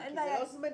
זה לא זמני.